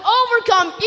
overcome